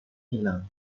hilang